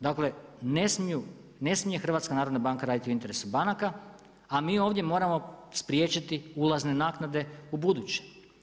Dakle, ne smije HNB raditi u interesu banaka, a mi ovdje moramo spriječiti ulazne naknade u buduće.